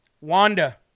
Wanda